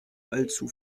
allzu